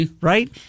right